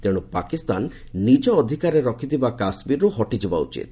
ତେଣୁ ପାକିସ୍ତାନ ନିଜ ଅଧିକାରରେ ରଖିଥିବା କାଶ୍ମୀରରୁ ହଟିଯିବା ଉଚିତ